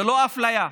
ולא אפליה.